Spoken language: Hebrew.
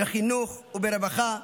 בחינוך וברווחה,